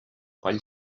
coll